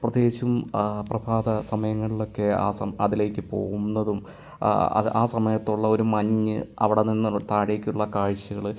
പ്രത്യേകിച്ചും ആ പ്രഭാത സമയങ്ങളിലൊക്കെ ആ സം അതിലേക്ക് പോകുന്നതും ആ സമയത്തുള്ളൊരു ഒരു മഞ്ഞ് അവിടെനിന്ന് താഴേക്ക് ഉള്ള കാഴ്ചകൾ